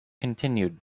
continued